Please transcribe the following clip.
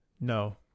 no